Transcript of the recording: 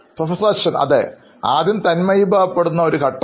professor അശ്വിൻഅതെ ആദ്യം തന്മയിഭവം പെടുന്ന ഒരു ഘട്ടം